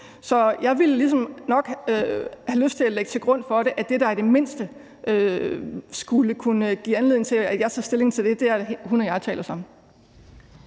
Så jeg ville ligesom nok have lyst til at lægge til grund for det, at det, der i det mindste skulle kunne give anledning til, at jeg tager stilling til det, er, at hun og jeg taler sammen.